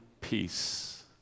peace